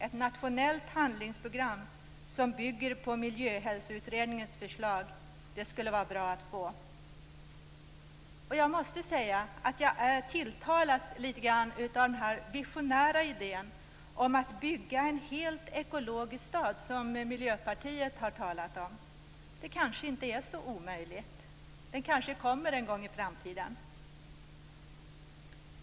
Ett nationellt handlingsprogram som bygger på miljöhälsoutredningens förslag skulle vara bra att få. Jag måste säga att jag tilltalas litet av den visionära idén om att bygga en helt ekologisk stad, som Miljöpartiet har talat om. Det kanske inte är så omöjligt. Den kanske kommer en gång i framtiden.